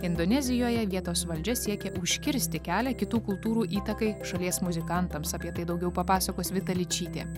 indonezijoje vietos valdžia siekia užkirsti kelią kitų kultūrų įtakai šalies muzikantams apie tai daugiau papasakos vita ličytė